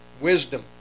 wisdom